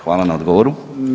Hvala na odgovoru.